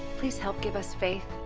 please help give us faith,